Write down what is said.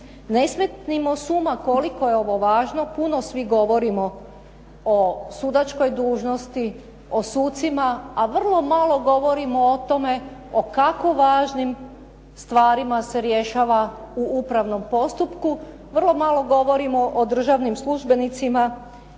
Ne smetnimo s uma koliko je ovo važno. Puno svi govorimo o sudačkoj dužnosti, o sucima, a vrlo malo govorimo o tome o kako važnim stvarima se rješava u upravnom postupku, vrlo malo govorimo o državnim službenicima,